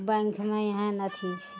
बैंकमे एहन अथी छै